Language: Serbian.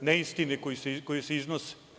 neistine koje se iznose.